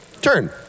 Turn